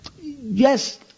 Yes